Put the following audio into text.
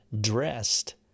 dressed